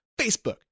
Facebook